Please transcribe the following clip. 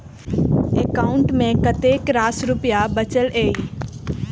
account मे कतेक रास रुपया बचल एई